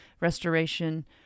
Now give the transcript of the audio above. restoration